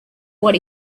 what